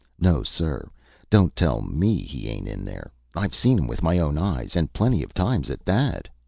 no, sir don't tell me he ain't in there. i've seen him with my own eyes and plenty of times, at that.